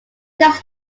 does